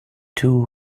too